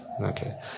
Okay